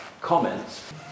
comments